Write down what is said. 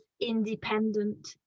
independent